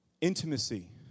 Intimacy